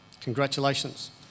Congratulations